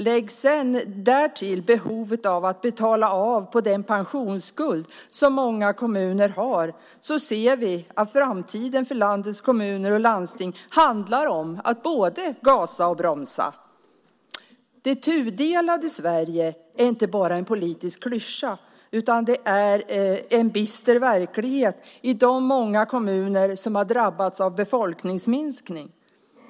Lägg därtill behovet av att betala av på den pensionsskuld som många kommuner har, så ser vi att framtiden för landets kommuner och landsting handlar om att både gasa och bromsa. Det tudelade Sverige är inte bara en politisk klyscha utan en bister verklighet i de många kommuner som har drabbats av befolkningsminskning.